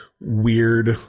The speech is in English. weird